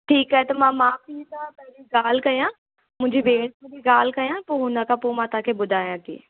ठीकु आहे त मां माउ पीउ सां पहिरीं ॻाल्हि कयां मुंहिंजी भेण सां बि ॻाल्हि कयां पोइ उन खां पोइ मां तव्हांखे ॿुधायां थी